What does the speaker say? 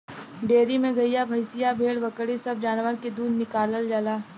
dairy में गइया भईंसिया भेड़ बकरी सब जानवर के दूध निकालल जाला